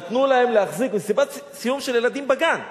נתנו להם להחזיק, מסיבת סיום של ילדים בגן,